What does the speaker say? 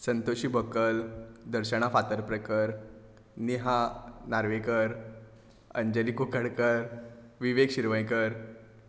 Santoshi Bakal Darshana Fatarpekar Neha Narvekar Anjani Kunkankar Vivek Shirvaikar